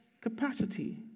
capacity